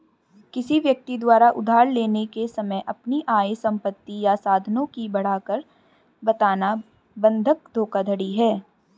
किसी व्यक्ति द्वारा उधार लेने के समय अपनी आय, संपत्ति या साधनों की बढ़ाकर बताना बंधक धोखाधड़ी है